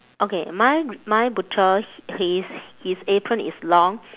okay my my butcher his his apron is long